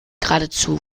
geradezu